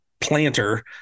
planter